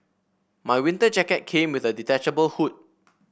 my winter jacket came with a detachable hood